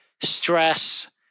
stress